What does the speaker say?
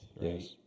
yes